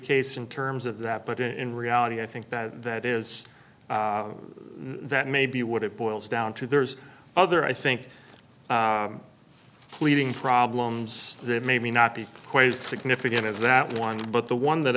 case in terms of that but in reality i think that that is that may be what it boils down to there's other i think pleading problems that maybe not be quite as significant as that one but the one that